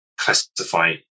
classify